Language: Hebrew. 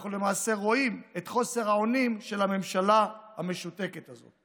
אנחנו למעשה רואים את חוסר האונים של הממשלה המשותקת הזו,